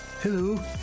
Hello